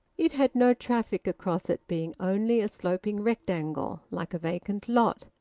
it had no traffic across it, being only a sloping rectangle, like a vacant lot,